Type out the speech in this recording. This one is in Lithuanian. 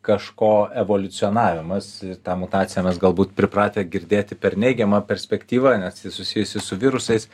kažko evoliucionavimas ir tą mutaciją mes galbūt pripratę girdėti per neigiamą perspektyvą nes ji susijusi su virusais